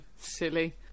silly